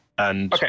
Okay